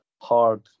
hard